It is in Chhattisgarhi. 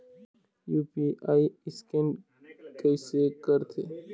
यू.पी.आई स्कैन कइसे करथे?